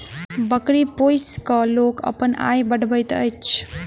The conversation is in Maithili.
बकरी पोसि क लोक अपन आय बढ़बैत अछि